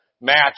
match